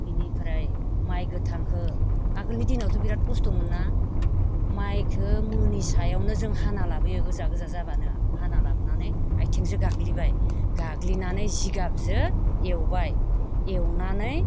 बेनिफ्राय माइ गोथांखौ आगोलनि दिनावथ' बिरात कस्त'मोन ना माइखौ मोनि सायावनो जों हाना लाबोयो गोजा गोजा जाबानो हाना लाबनानै आइथिंजो गाग्लिबाय गाग्लिनानै जिगाबजों एवबाय एवनानै